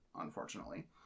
unfortunately